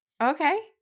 okay